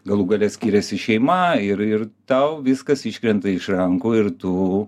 galų gale skiriasi šeima ir ir tau viskas iškrenta iš rankų ir tu